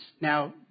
Now